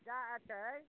जाऽ एतहि